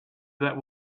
that